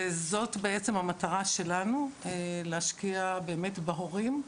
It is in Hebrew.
זאת בעצם המטרה שלנו, להשקיע באמת בהורים.